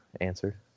answer